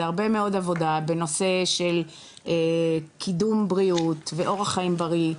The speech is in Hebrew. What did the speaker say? זה הרבה מאוד עבודה על הנושא של קידום בריאות ואורח חיים בריא,